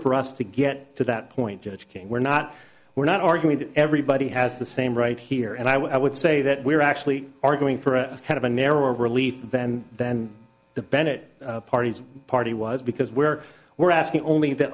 for us to get to that point judge king we're not we're not arguing that everybody has the same right here and i would say that we're actually arguing for a kind of a narrower relief than than the bennett parties party was because we're we're asking only that